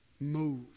Move